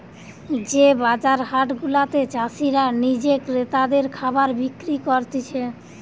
যে বাজার হাট গুলাতে চাষীরা নিজে ক্রেতাদের খাবার বিক্রি করতিছে